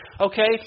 okay